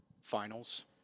finals